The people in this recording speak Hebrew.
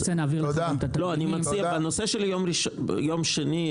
בנושא של יום שני,